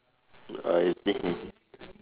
ah I see